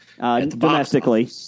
domestically